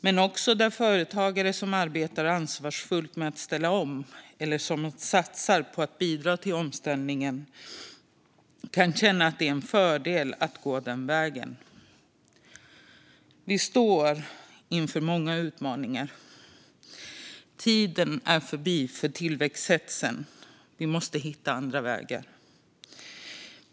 Men företagare som arbetar ansvarsfullt med att ställa om eller som satsar på att bidra till omställningen ska också kunna känna att det är en fördel att gå den vägen. Vi står inför många utmaningar. Tiden är förbi för tillväxthetsen; vi måste hitta andra vägar.